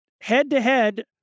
head-to-head